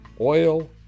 oil